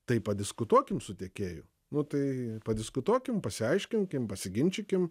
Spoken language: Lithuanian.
tai padiskutuokim su tiekėju nu tai padiskutuokim pasiaiškinkim pasiginčykim